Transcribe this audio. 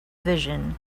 vision